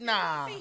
Nah